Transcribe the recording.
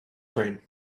cream